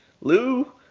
Lou